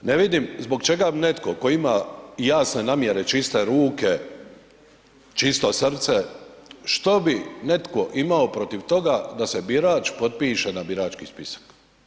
Ne vidim zbog čega netko tko ima jasne namjere, čiste ruke, čisto srce što bi netko imao protiv toga da se birač potpiše na birački spisak.